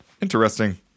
interesting